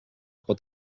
pot